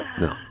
No